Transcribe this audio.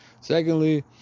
secondly